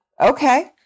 okay